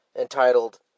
entitled